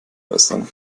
äußern